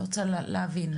אני רוצה להבין.